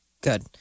Good